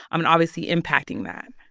i mean, obviously impacting that.